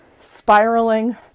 spiraling